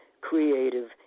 creative